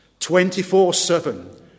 24-7